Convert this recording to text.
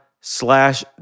slash